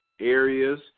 areas